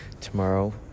Tomorrow